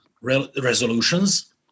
resolutions